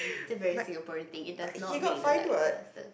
it's a very Singaporean thing it does not make the light go faster